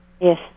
Yes